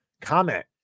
Comment